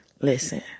listen